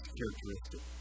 characteristic